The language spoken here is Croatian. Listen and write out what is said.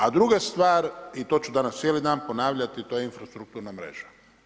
A druga stvar i to ću danas cijeli dana ponavljati, to je infrastrukturna mreža.